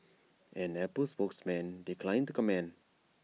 an Apple spokesman declined to comment